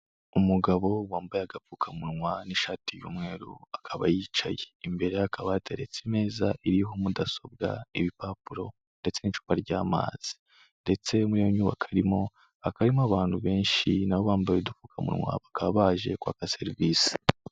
Umugabo wambaye agapfukamunwa n'ishati y'umweru, akaba yicaye imbere ye hakaba hateretse imeza iriho mudasobwa, ibipapuro ndetse n'icupa ry'amazi ndetse muri iyo nyubako arimo haka harimo abantu benshi na bo bambaye udupfukamunwa bakaba baje kwaka serivisi.